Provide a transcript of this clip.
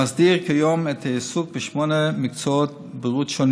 המסדיר כיום את העיסוק בשמונה מקצועות בריאות: